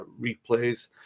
replays